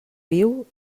viu